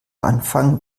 anfang